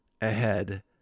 ahead